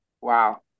wow